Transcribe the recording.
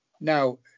Now